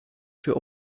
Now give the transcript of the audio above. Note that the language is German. für